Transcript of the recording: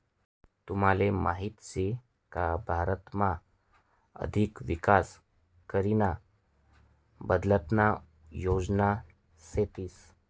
तुमले माहीत शे का भारतना अधिक विकास करीना बलतना योजना शेतीस